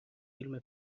فیلم